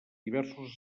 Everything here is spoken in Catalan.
diversos